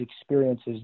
experiences